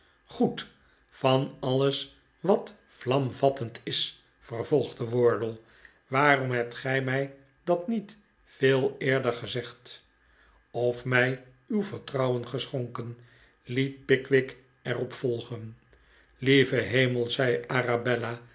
goed van alles wat vlamvattend is vervolgde wardle waarom hebt gij mij dat niet veel eerder gezegd of mij uw vertrouwen geschonken liet pickwick er op volgen lieve hemel zei